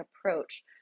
approach